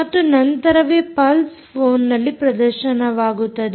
ಮತ್ತು ನಂತರವೇ pulse phone ನಲ್ಲಿ ಪ್ರದರ್ಶನವಾಗುತ್ತದೆ